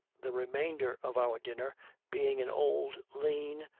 the remainder of our dinner being an old, lean,